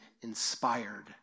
inspired